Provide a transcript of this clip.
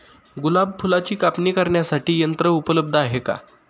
गुलाब फुलाची कापणी करण्यासाठी यंत्र उपलब्ध आहे का?